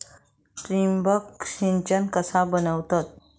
ठिबक सिंचन कसा बनवतत?